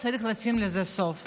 צריך לשים לזה סוף.